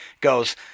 goes